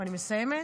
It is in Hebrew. ואני מסיימת,